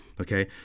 Okay